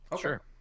Sure